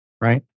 right